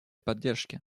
поддержки